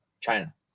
China